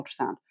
ultrasound